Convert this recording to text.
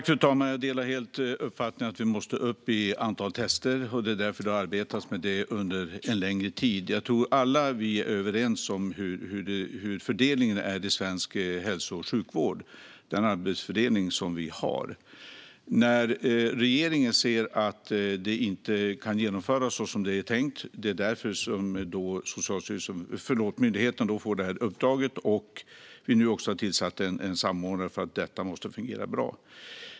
Fru talman! Jag delar helt uppfattningen att vi måste upp i antal tester. Det är också därför det har arbetats med detta under en längre tid. Jag tror att vi alla är överens om hur fördelningen är i svensk hälso och sjukvård och om den arbetsfördelning vi har. När regeringen såg att det inte kunde genomföras som tänkt fick myndigheten detta uppdrag. Vi har nu också tillsatt en samordnare, för detta måste fungera bra.